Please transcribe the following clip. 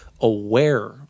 aware